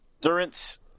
Durance